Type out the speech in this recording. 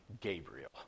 Gabriel